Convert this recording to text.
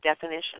definition